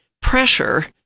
pressure